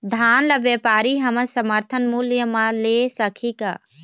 धान ला व्यापारी हमन समर्थन मूल्य म ले सकही का?